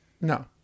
No